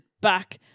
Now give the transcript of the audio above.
back